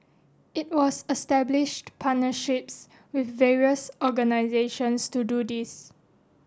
it was established partnerships with various organisations to do this